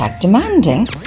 Demanding